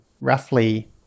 roughly